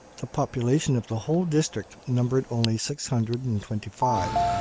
the population of the whole district numbered only six hundred and twenty five.